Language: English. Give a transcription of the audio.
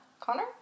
Connor